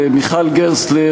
למיכל גרסטל,